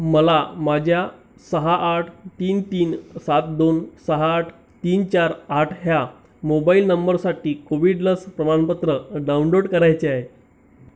मला माझ्या सहा आठ तीन तीन सात दोन सहा आठ तीन चार आठ ह्या मोबाईल नंबरसाठी कोविड लस प्रमाणपत्र डाउनलोड करायचे आहे